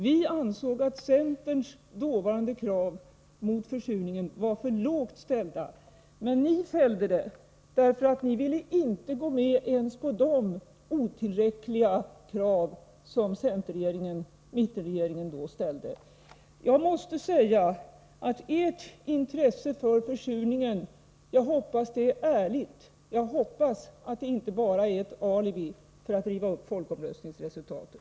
Vi ansåg att centerns dåvarande krav Torsdagen den beträffande försurningen var för lågt ställda. Men ni fällde förslaget, därför 23 februari 1984 att ni inte ville gå med på ens de otillräckliga krav som mittenregeringen då förde fram. Om utnyttjandet av Jag hoppas att ert intresse för försurningen är ärligt. Jag hoppas att det inte bara är ett alibi för att få riva upp folkomröstningsresultatet.